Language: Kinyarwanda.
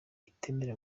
itemewe